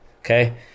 okay